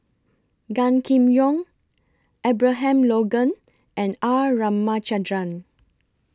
Gan Kim Yong Abraham Logan and R Ramachandran